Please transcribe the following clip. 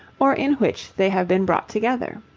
or in which they have been brought together.